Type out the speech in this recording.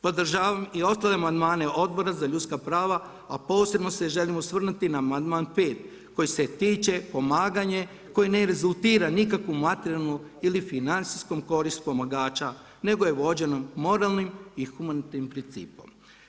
Podržavam i ostale amandmane Odbora za ljudska prava a posebno se želim osvrnuti na amandman 5. koji se tiče pomaganja koji ne rezultira nikakvu materijalnu ili financijsku korist pomagača nego je vođeno moralnim i humanitarnim principom.